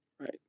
Right